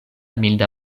milda